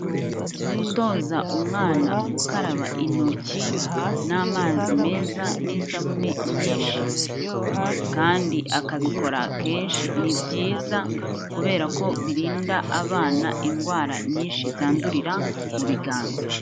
Gutoza umwana gukaraba intoki n'amazi meza n'isabune nyinshi kandi akabikora akenshi, ni byiza kubera ko birinda abana indwara nyinshi zandurira mu biganza.